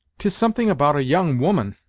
tis something about a young woman,